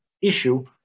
issue